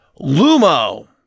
Lumo